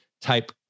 type